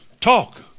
talk